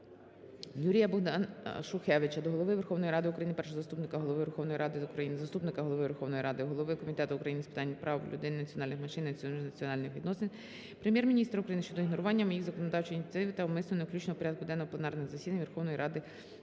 Юрія-Богдана Шухевича до Голови Верховної Ради України, Першого заступника Голови Верховної Ради України, заступника Голови Верховної Ради України, голови Комітету Верховної Ради України з питань прав людини, національних меншин і міжнаціональних відносин, Прем'єр-міністра України щодо ігнорування моїх законодавчих ініціатив та умисного невключення до порядку денного пленарних засідань Верховної Ради України